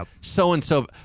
so-and-so